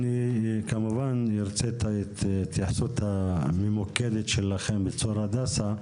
אני כמובן ארצה התייחסות ממוקדת שלכם בצור הדסה,